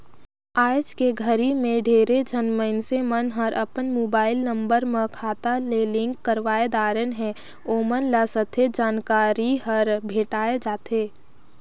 आइज के घरी मे ढेरे झन मइनसे मन हर अपन मुबाईल नंबर मन ल खाता ले लिंक करवाये दारेन है, ओमन ल सथे जानकारी हर भेंटाये जाथें